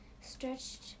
stretched